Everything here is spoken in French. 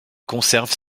conserve